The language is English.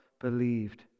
believed